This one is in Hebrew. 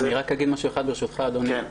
אני רק אגיד משהו אחד ברשותך אדוני,